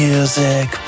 Music